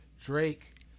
Drake